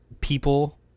people